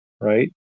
right